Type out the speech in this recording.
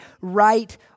right